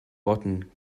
botten